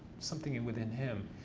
something and within him.